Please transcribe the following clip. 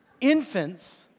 infants